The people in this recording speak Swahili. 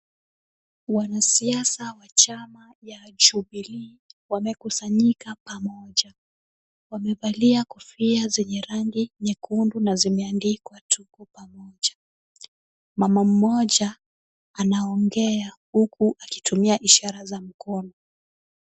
Wanasiasa wa chama ya Jubilee wamekusanyika pamoja, wamevalia kofia zenye rangi nyekundu na zimeandikwa tuko pamoja. Mama mmoja anaongea huku akitumia ishara za mkono.